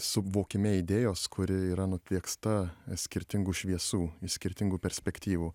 suvokime idėjos kuri yra nutvieksta skirtingų šviesų iš skirtingų perspektyvų